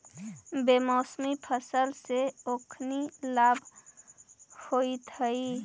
बेमौसमी फसल से ओखनी लाभ होइत हइ